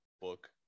book